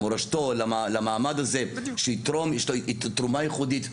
למורשתו, למעמד הזה, שיתרום תרומה ייחודית.